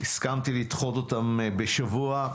הסכמתי לדחות אותם בשבוע.